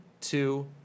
two